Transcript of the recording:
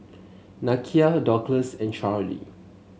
Nakia Douglas and Charlee